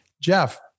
Jeff